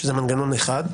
שזה מנגנון אחד,